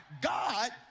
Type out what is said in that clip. God